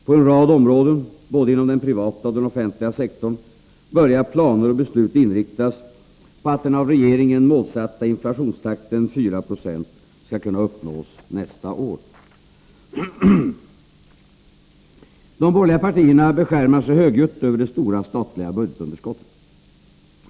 På en rad områden, både inom den privata och den offentliga sektorn, börjar planer och beslut inriktas på att den av regeringen målsatta inflationstakten 4 96 skall kunna uppnås nästa år. De borgerliga partierna beskärmar sig högljutt över det stora statliga budgetunderskottet.